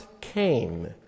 came